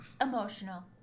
Emotional